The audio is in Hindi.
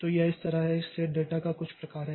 तो यह इस तरह है यह स्थिर डेटा का कुछ प्रकार है